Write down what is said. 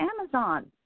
Amazon